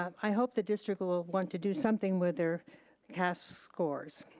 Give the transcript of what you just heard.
i hope the district will want to do something with their test scores.